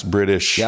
British